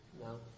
No